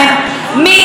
אכפת מביטחונכן.